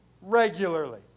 regularly